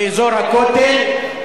שיפגע, שיפגע.